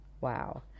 Wow